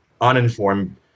uninformed